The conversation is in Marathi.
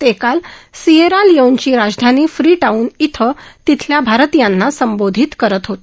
ते काल सीएरा लिओनची राजधानी फ्रीटाऊन इथं तिथल्या भारतीयांना संबोधित करत होते